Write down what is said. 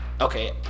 Okay